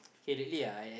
k really I at